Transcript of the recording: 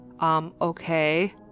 Okay